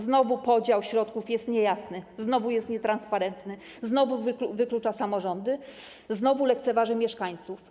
Znowu podział środków jest niejasny, znowu jest nietransparentny, znowu wyklucza samorządy, znowu lekceważy mieszkańców.